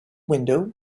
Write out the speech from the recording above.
window